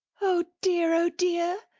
oh dear, oh dear!